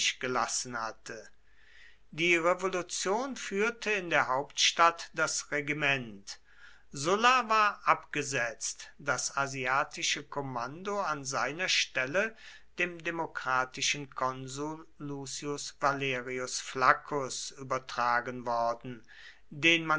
gelassen hatte die revolution führte in der hauptstadt das regiment sulla war abgesetzt das asiatische kommando an seiner stelle dem demokratischen konsul lucius valerius flaccus übertragen worden den